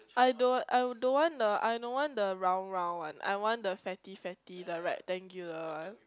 I don't I don't want the I no want the round round one I want the fatty fatty the rectangular one